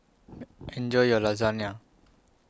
Enjoy your Lasagna